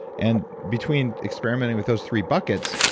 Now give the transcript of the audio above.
and between experimenting with those three buckets,